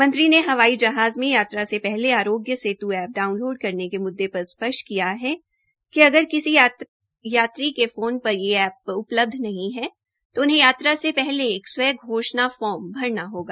मंत्री ने हवाई जहाज में यात्रा से पहले आरोग्य सेत् एप्प डाउनलोड करने के मुद्दे पर स्पष्ट किया है कि अगर किसी यात्री के फोन पर यह एप्प नहीं है तो उनके यात्रा से पहले एक स्व घोषणा फार्म भरना होगा